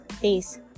peace